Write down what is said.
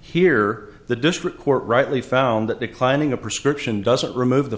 here the district court rightly found that declining a prescription doesn't remove the